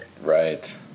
right